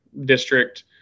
district